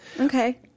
Okay